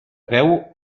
veu